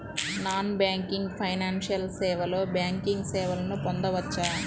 Non banking financial సేవలో banking సేవలను పొందవచ్చా?